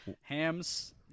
hams